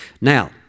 Now